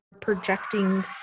projecting